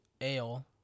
ale